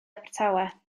abertawe